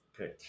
okay